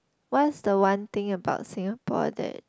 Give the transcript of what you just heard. what's the one thing about Singapore that